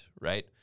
right